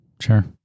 Sure